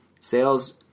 sales